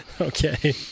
Okay